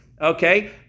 Okay